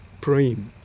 praying